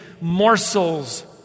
morsels